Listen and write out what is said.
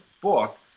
book